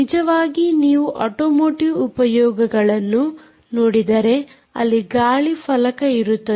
ನಿಜವಾಗಿ ನೀವು automotive ಉಪಯೋಗಗಳನ್ನು ನೋಡಿದರೆ ಅಲ್ಲಿ ಗಾಳಿಫಲಕ ಇರುತ್ತದೆ